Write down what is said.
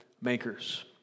makers